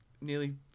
nearly